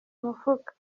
mufuka